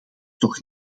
toch